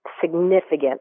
significant